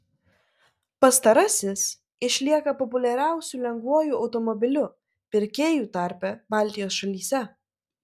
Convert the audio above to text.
pastarasis išlieka populiariausiu lengvuoju automobiliu pirkėjų tarpe baltijos šalyse